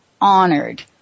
honored